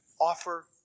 offer